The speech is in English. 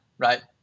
Right